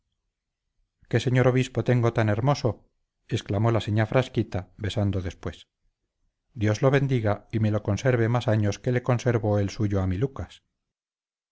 qué señor obispo tengo tan hermoso exclamó la señá frasquita besando después dios lo bendiga y me lo conserve más años que le conservó el suyo a mi lucas